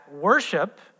worship